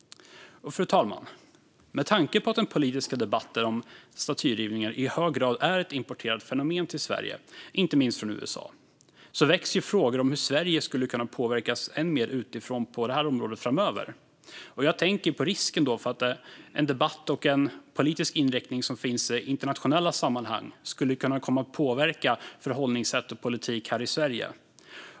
Fru talman! Med tanke på att den politiska debatten om statyrivningar i hög grad är ett fenomen som importerats till Sverige från inte minst USA väcks frågor om hur Sverige skulle kunna påverkas ännu mer utifrån på detta område framöver. Jag tänker på risken för att en debatt och en politisk inriktning som finns i internationella sammanhang skulle kunna påverka förhållningssätt och politik här i Sverige.